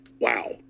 Wow